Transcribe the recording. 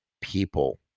people